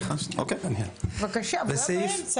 לא באמצע.